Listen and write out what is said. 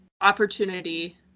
opportunity